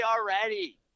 already